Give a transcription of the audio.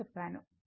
కాబట్టి r 0